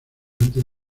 antes